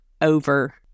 over